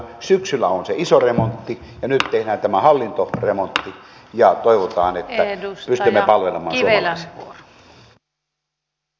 syksyllä on se iso remontti ja nyt tehdään tämä hallintoremontti ja toivotaan että pystymme palvelemaan suomalaisia